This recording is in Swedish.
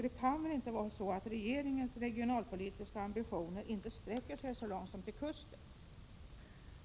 Det kan väl inte vara så att regeringens regionalpolitiska ambitioner inte sträcker sig så långt som till kusten?